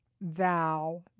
thou